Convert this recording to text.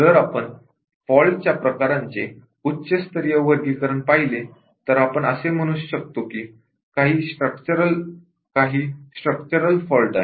जर आपण फॉल्टच्या प्रकारांचे उच्च स्तरीय वर्गीकरण पाहिले तर आपण असे म्हणू की काही स्ट्रक्चरल फॉल्ट आहेत